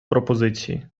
пропозиції